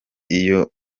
iyo